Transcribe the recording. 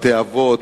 בתי-אבות,